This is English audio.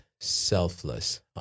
selfless